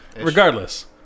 Regardless